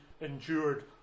endured